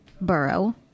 borough